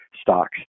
stocks